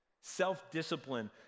Self-discipline